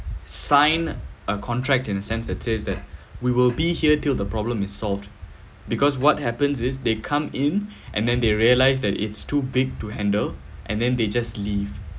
sign a contract in a sense that says that we will be here till the problem is solved because what happens is they come in and then they realize that it's too big to handle and then they just leave